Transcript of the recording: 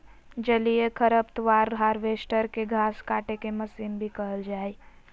जलीय खरपतवार हार्वेस्टर, के घास काटेके मशीन भी कहल जा हई